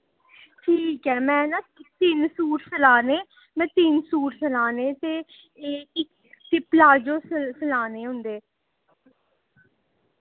ठीक ऐ मैं ना तिन सूट सिलाने मैं तिन सूट सिलाने ते एह् इक ते प्लाजो सिलाने उं'दे